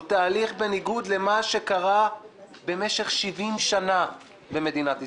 תהליך בניגוד למה שקרה במשך שבעים שנה במדינת ישראל.